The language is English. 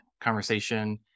conversation